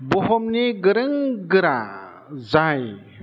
बुहुमनि गोरों गोरा जाय